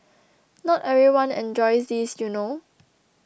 not everyone enjoys this you know